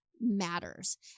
matters